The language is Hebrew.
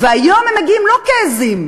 והיום הם מגיעים לא כעזים,